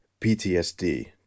PTSD